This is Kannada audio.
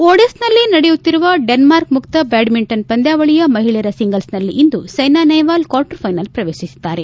ಒಡೆನ್ಸ್ನಲ್ಲಿ ನಡೆಯುತ್ತಿರುವ ಡೆನ್ಮಾರ್ಕ್ ಮುಕ್ತ ಬ್ಯಾಡ್ಜಿಂಟನ್ ಪಂದ್ಯಾವಳಿಯ ಮಹಿಳೆಯರ ಸಿಂಗಲ್ಸ್ನಲ್ಲಿ ಇಂದು ಸೈನಾ ನೆಹ್ವಾಲ್ ಕ್ವಾರ್ಟರ್ ಫೈನಲ್ ಪ್ರವೇಶಿಸಿದ್ದಾರೆ